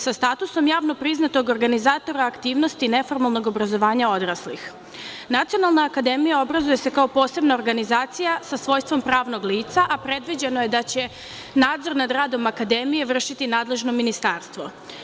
Sa statusom javno priznatog organizatora aktivnosti neformalnog obrazovanja odraslih, Nacionalna akademija obrazuje se kao posebna organizacija sa svojstvom pravnog lica, a predviđeno je da će nadzor nad radom Akademije vršiti nadležno ministarstvo.